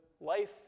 life